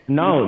no